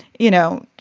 you know,